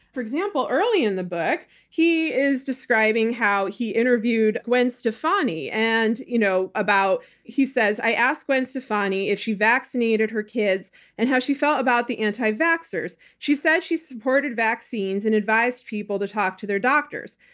for example, early in the book, he is describing how he interviewed gwen stefani. and you know he says, i asked gwen stefani if she vaccinated her kids and how she felt about the anti-vaxxers. she said she supported vaccines and advised people to talk to their doctors.